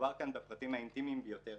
מדובר כאן בפרטים האינטימיים ביותר